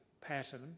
pattern